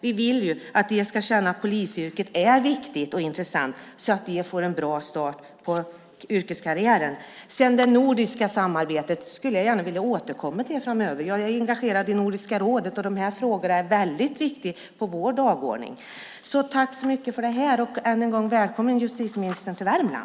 Vi vill att de ska känna att polisyrket är viktigt och intressant så att de får en bra start på yrkeskarriären. Det nordiska samarbetet skulle jag gärna vilja återkomma till framöver. Jag är engagerad i Nordiska rådet, och dessa frågor är viktiga på vår dagordning. Tack för detta och än en gång välkommen till Värmland, justitieministern!